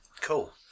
Cool